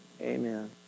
Amen